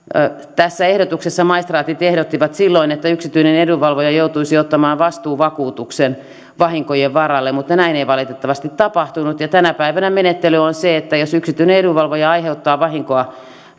tässä ehdotuksessa maistraatit ehdottivat silloin että yksityinen edunvalvoja joutuisi ottamaan vastuuvakuutuksen vahinkojen varalle mutta näin ei valitettavasti tapahtunut tänä päivänä menettely on se että jos yksityinen edunvalvoja aiheuttaa vahinkoa